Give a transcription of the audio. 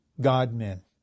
God-men